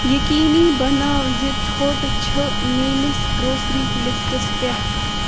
یقینی بناو زِ ژھوٚٹ چھِ میٛٲنِس گرٛوسری لِسٹس پٮ۪ٹھ